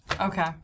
Okay